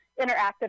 interactive